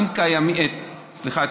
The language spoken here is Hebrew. סליחה,